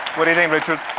what do you think, richard?